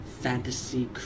fantasy